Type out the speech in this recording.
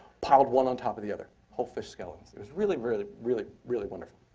piled one on top of the other. whole fish skeletons. it was really, really, really, really wonderful.